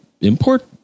import